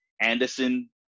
Anderson